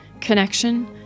connection